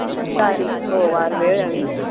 तारीख हो वार वेळ आणि